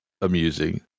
amusing